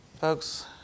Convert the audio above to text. Folks